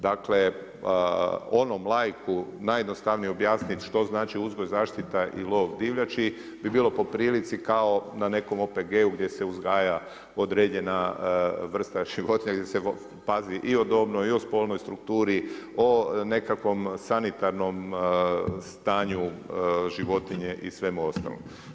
Dakle, onom laiku najjednostavnije je objasniti što znači uzgoj, zaštita i lov divljači bi bilo po prilici kao na nekom OPG-u gdje se uzgaja određena vrsta životinja gdje se pazi i dobnoj i o spolnoj strukturi, o nekakvom sanitarnom stanju životinje i svemu ostalom.